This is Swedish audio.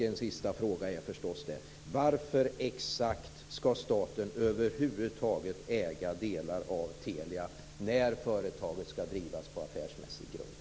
En sista fråga är förstås varför staten över huvud taget ska äga delar av Telia när företaget ska drivas på affärsmässig grund.